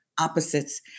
opposites